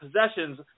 possessions